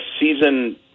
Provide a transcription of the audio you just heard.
Season